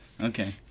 Okay